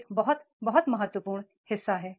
एक बहुत बहुत महत्वपूर्ण हिस्सा है